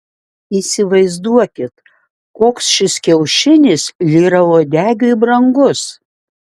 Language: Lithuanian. įsivaizduokit koks šis kiaušinis lyrauodegiui brangus